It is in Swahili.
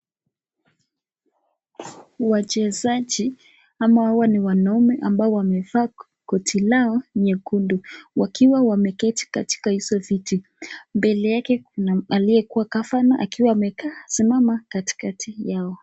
Wachezaji ama hawa ni wanaume ambao wamevaa koti lao nyekundu wakiwa wameketi katika hizo viti. Mbele yake kuna aliye kuwa gavana akiwa amekaa simama katikati yao.